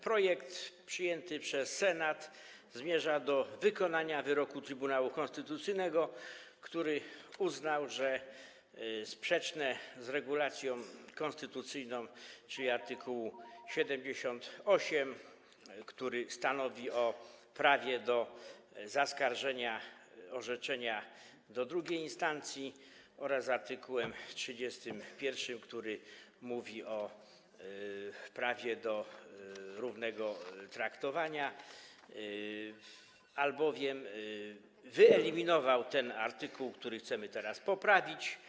Projekt przyjęty przez Senat zmierza do wykonania wyroku Trybunału Konstytucyjnego, który uznał, że omawiana regulacja jest sprzeczna z regulacją konstytucyjną, czyli z art. 78, który stanowi o prawie do zaskarżenia orzeczenia do drugiej instancji, oraz z art. 31, który mówi o prawie do równego traktowania, albowiem wyeliminował ten artykuł, który teraz chcemy poprawić.